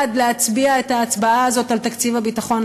להצביע את ההצבעה הזאת על תקציב הביטחון,